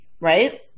Right